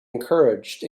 encouraged